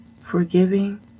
Forgiving